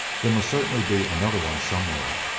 there must certainly be another one somewhere,